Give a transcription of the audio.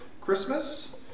Christmas